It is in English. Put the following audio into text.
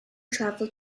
travelled